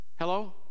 Hello